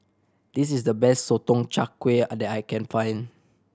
this is the best Sotong Char Kway that I can find